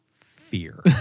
Fear